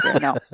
No